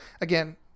Again